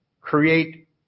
create